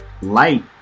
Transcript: Light